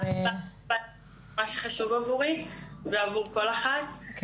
מה שחשוב עבורי ועבור כל אחת,